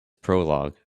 prologue